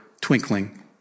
twinkling